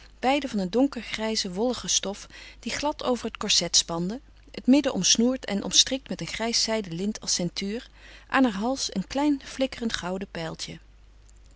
beide van een donkergrijze wollige stof die glad over het corset spande het midden omsnoerd en omstrikt met een grijs zijden lint als ceinture aan haar hals een klein flikkerend gouden pijltje